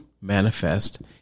manifest